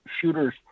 shooters